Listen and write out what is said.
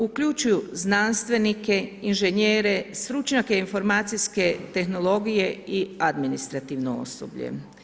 Uključuju znanstvenike, inženjere, stručnjake informacijske tehnologije i administrativno osoblje.